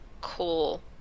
Cool